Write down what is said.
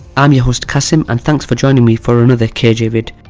i'm your host kasim and thanks for joining me for another kj vid.